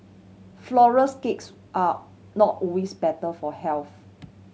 flourless cakes are not always better for health